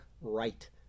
right